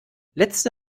letzte